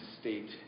state